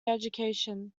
education